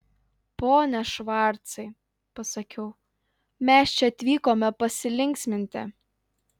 pone švarcai pasakiau mes čia atvykome pasilinksminti